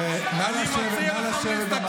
בוא, מנסור, נא לשבת, נא לשבת במקום.